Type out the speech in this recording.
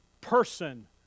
person